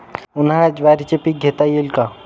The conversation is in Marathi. उन्हाळ्यात ज्वारीचे पीक घेता येईल का?